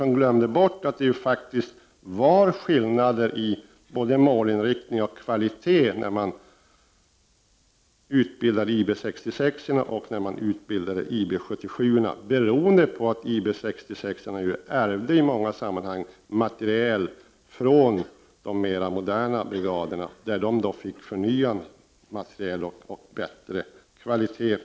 Han glömde emellertid bort att det faktiskt föreligger en skillnad i både målinriktning och kvalitet vid utbildning av IB 66-orna och IB 77-orna beroende på att IB 66-orna i många sammanhang ärvde materiel från de mer moderna brigaderna vilken var nyare och av bättre kvalitet.